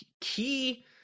key